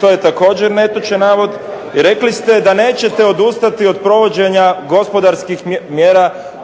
to je također netočan navod. I rekli ste da nećete odustati od provođenja gospodarskih mjera